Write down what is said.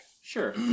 Sure